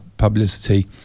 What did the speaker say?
Publicity